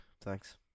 Thanks